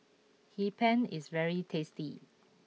Hee Pan is very tasty